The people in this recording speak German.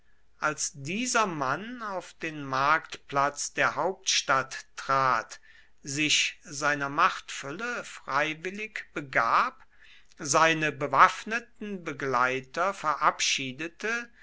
als dieser mann auf den marktplatz der hauptstadt trat sich seiner machtfülle freiwillig begab seine bewaffneten begleiter verabschiedete